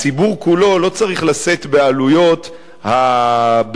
הציבור כולו לא צריך לשאת בעלויות הבנייה